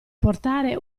portare